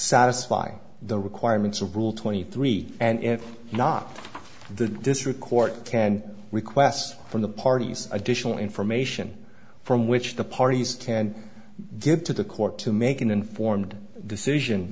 satisfy the requirements of rule twenty three and not the district court can request from the parties additional information from which the parties tend get to the court to make an informed decision